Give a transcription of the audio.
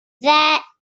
that